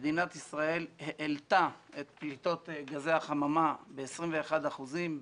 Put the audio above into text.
מדינת ישראל העלתה את פליטות גזי החממה ב-21 אחוזים,